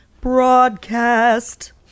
broadcast